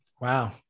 Wow